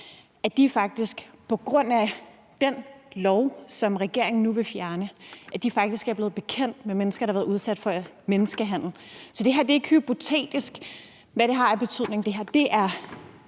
de faktisk på grund af den lov, som regeringen nu vil fjerne, er blevet bekendt med mennesker, der har været udsat for menneskehandel. Så det er ikke hypotetisk, hvad det her har af betydning;